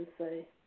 say